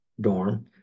dorm